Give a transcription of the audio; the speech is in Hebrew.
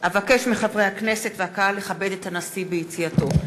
אבקש מחברי הכנסת והקהל לכבד את הנשיא ביציאתו.